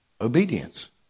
obedience